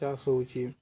ଚାଷ ହଉଚି